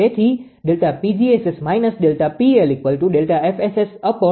તેથી છે અને 𝐾𝑝1𝐷 છે